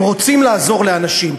הם רוצים לעזור לאנשים.